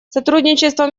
сотрудничество